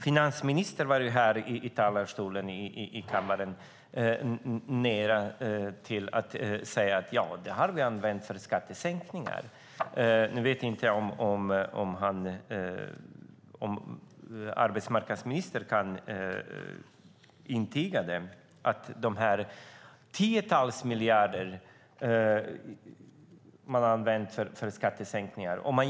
Finansministern var här i talarstolen i kammaren nära att säga: Ja, det har vi använt till skattesänkningar. Nu vet inte jag om arbetsmarknadsministern kan intyga att man har använt dessa tiotals miljarder för skattesänkningar.